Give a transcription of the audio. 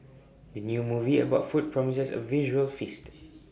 the new movie about food promises A visual feast